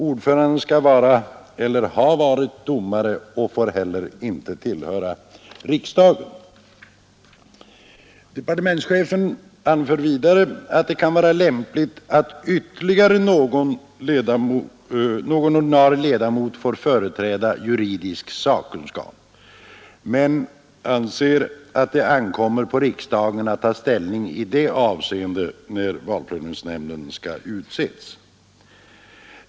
Ordföranden skall vara eller ha varit ordinarie domare och får ej tillhöra riksdagen. Departementschefen anför vidare att det kan vara lämpligt att ytterligare någon ordinarie ledamot får företräda juridisk sakkunskap, men att det ankommer på riksdagen att ta ställning i det avseendet när valprövningsnämnden utses.